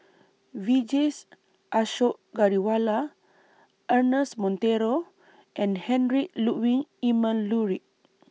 Vijesh Ashok Ghariwala Ernest Monteiro and Heinrich Ludwig Emil Luering